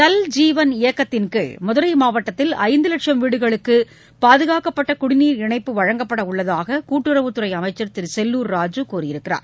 ஜல்ஜீவன் இயக்கத்தின்கீழ் மதுரை மாவட்டத்தில் ஐந்து லட்சம் வீடுகளுக்கு பாதுகாக்கப்பட்ட குடிநீர் இணைப்பு வழங்கப்பட உள்ளதாக கூட்டுறவுத் துறை அமைச்சர் திரு செல்லூர் ராஜூ கூறியுள்ளார்